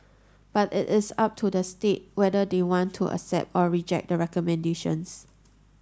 but it is up to the state whether they want to accept or reject the recommendations